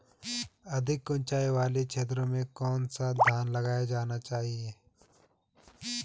अधिक उँचाई वाले क्षेत्रों में कौन सा धान लगाया जाना चाहिए?